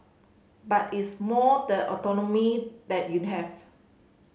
but it's more the autonomy that you have